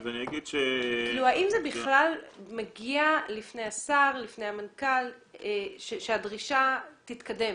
האם זה בכלל מגיע לפני השר ולפני המנכ"ל כך שהדרישה תתקדם?